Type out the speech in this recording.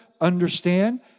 understand